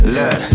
Look